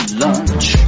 lunch